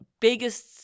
Biggest